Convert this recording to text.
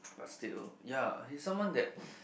but still ya he's someone that